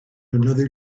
another